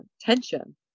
tension